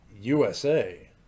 USA